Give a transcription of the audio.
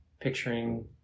picturing